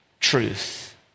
Truth